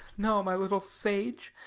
no, my little sage,